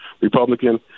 Republican